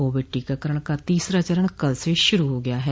Covid टीकाकरण का तीसरा चरण कल से शुरू हो गया है